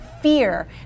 fear